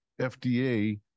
FDA